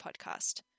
podcast